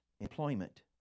employment